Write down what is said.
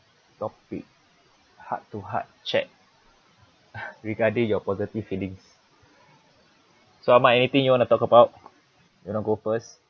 topic heart to heart chat regarding your positive feelings so ahmad anything you want to talk about you want to go first